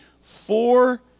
four